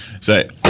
say –